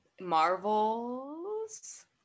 Marvel's